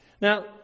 Now